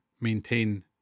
Maintain